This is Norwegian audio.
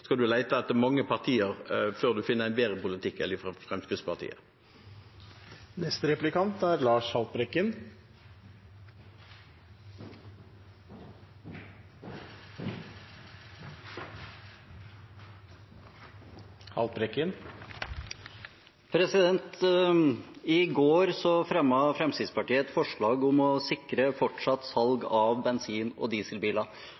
mange partier før man finner en bedre politikk enn hos Fremskrittspartiet. I går fremmet Fremskrittspartiet et forslag om å sikre fortsatt salg av bensin- og dieselbiler.